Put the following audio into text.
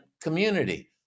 community